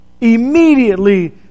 immediately